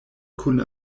kun